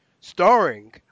starring